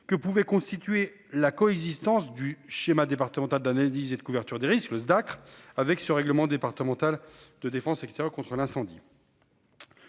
que pouvait constituer la coexistence du schéma départemental d'analyse et de couverture des risques le Dacr avec ce règlement départemental de défense et cetera contre l'incendie.